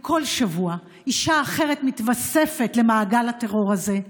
כל שבוע אישה אחרת מתווספת למעגל הטרור הזה.